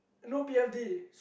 no P_F_D